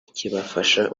kibafasha